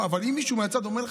אבל אם מישהו מהצד אומר לך,